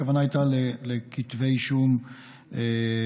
הכוונה הייתה לכתבי אישום לישראלים.